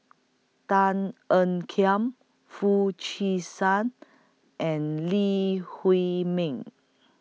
Tan Ean Kiam Foo Chee San and Lee Huei Min